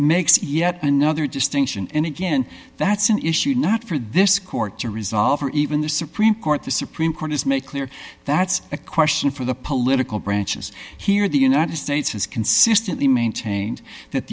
makes yet another distinction and again that's an issue not for this court to resolve or even the supreme court the supreme court has made clear that's a question for the political branches here the united states has consistently maintained that